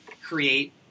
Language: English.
create